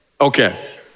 Okay